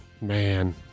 Man